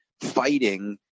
fighting